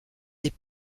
des